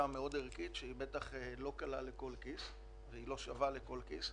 מאוד ערכית שהיא בטח לא קלה ולא שווה לכל כיס.